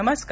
नमस्कार